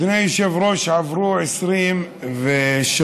אדוני היושב-ראש, עברו 23 שנים